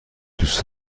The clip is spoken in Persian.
دوست